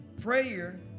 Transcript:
Prayer